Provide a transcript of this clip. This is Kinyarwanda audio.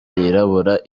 yirabura